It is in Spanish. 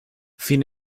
sin